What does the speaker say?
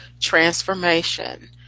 transformation